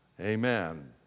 Amen